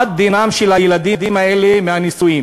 מה דינם של הילדים מהנישואים